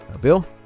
Bill